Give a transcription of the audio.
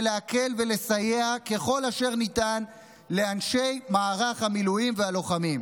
להקל ולסייע ככל אשר ניתן לאנשי מערך המילואים והלוחמים.